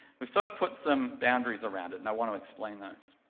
we've sort of put some boundaries around it and i want to explain those.